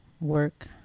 work